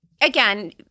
Again